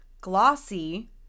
Glossy